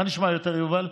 מה נשמע יותר, יובל?